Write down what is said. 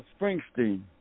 Springsteen